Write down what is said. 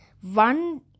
One